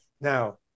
now